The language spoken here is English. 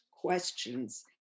questions